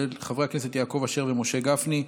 של חברי הכנסת יעקב אשר ומשה גפני.